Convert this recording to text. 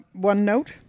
OneNote